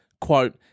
quote